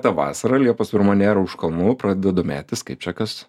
tą vasarą liepos pirma nėra už kalnų pradeda domėtis kaip čia kas